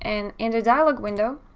and and dialog window,